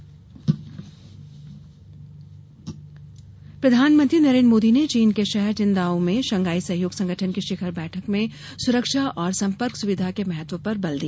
मोदी चीन यात्रा प्रधानमंत्री नरेन्द्र मोदी ने चीन के शहर चिनदाओ में शंघाई सहयोग संगठन की शिखर बैठक में सुरक्षा और संपर्क सुविधा के महत्व पर बल दिया